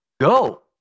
go